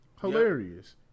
hilarious